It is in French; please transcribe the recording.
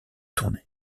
tournée